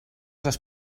les